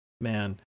man